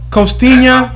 Costinha